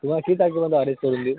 तुम्हाला किती तारखेपर्यंत अरेज करून देऊ